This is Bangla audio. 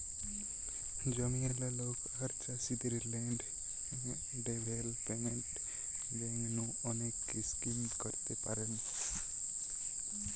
জমিয়ালা লোক আর চাষীদের ল্যান্ড ডেভেলপমেন্ট বেঙ্ক নু অনেক স্কিম করতে পারেন